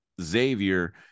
Xavier